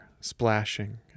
splashing